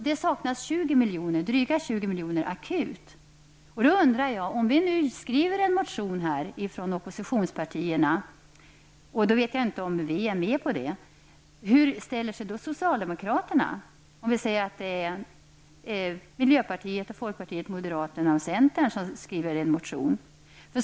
Det saknas akut drygt 20 milj.kr. Om miljöpartiet, folkpartiet, centern och moderaterna väcker en motion om mer bidrag till fristående skolor, hur ställer sig då socialdemokraterna?